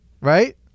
right